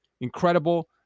incredible